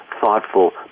thoughtful